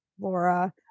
Laura